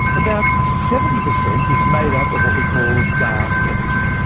about seventy percent is made up of what we call dark energy.